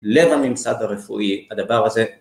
לב הממסד הרפואי הדבר הזה